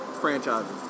franchises